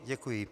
Děkuji.